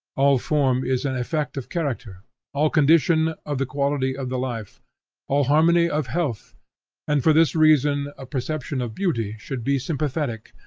all form is an effect of character all condition, of the quality of the life all harmony, of health and for this reason a perception of beauty should be sympathetic,